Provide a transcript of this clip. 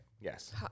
Yes